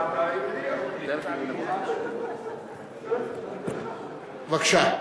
בבקשה.